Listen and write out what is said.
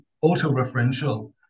auto-referential